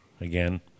again